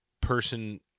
person